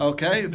Okay